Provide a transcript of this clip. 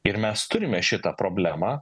ir mes turime šitą problemą